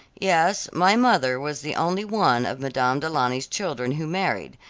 yes, my mother was the only one of madame du launy's children who married,